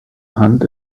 hand